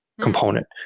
component